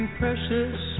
precious